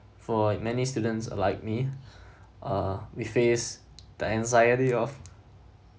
for many students like me uh we face the anxiety of